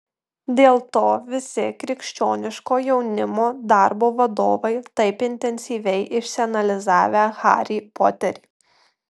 dėl to visi krikščioniško jaunimo darbo vadovai taip intensyviai išsianalizavę harį poterį